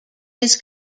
his